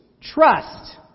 Trust